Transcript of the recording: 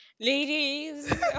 Ladies